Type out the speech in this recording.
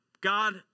God